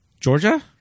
Georgia